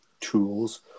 tools